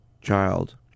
Child